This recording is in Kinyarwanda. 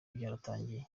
byaratangiye